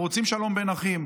אנחנו רוצים שלום בין אחים,